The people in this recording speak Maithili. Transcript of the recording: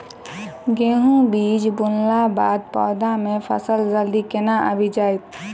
गेंहूँ बीज बुनला बाद पौधा मे फसल जल्दी केना आबि जाइत?